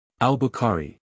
Al-Bukhari